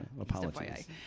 apologies